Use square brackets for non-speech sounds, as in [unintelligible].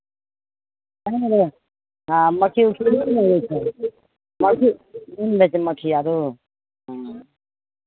[unintelligible] हँ मक्खी उक्खी तऽ नहि ने रहै छै [unintelligible] मक्खी आरो ह्म्म